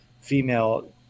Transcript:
female